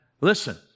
Listen